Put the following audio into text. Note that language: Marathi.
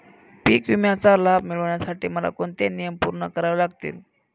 पीक विम्याचा लाभ मिळण्यासाठी मला कोणते नियम पूर्ण करावे लागतील?